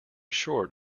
short